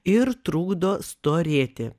ir trukdo storėti